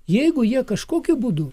jeigu jie kažkokiu būdu